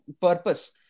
purpose